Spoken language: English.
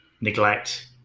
neglect